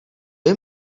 jim